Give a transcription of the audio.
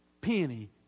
penny